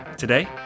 Today